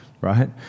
Right